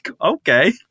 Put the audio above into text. okay